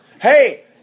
hey